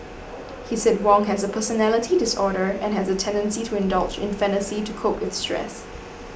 he said Wong has a personality disorder and has a tendency to indulge in fantasy to cope with stress